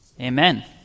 amen